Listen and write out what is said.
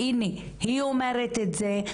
והנה היא אומרת את זה,